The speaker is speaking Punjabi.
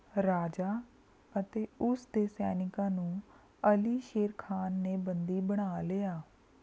ਰਾਜਾ ਅਤੇ ਉਸ ਦੇ ਸੈਨਿਕਾਂ ਨੂੰ ਅਲੀਸ਼ੇਰ ਖਾਨ ਨੇ ਬੰਦੀ ਬਣਾ ਲਿਆ